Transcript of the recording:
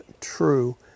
True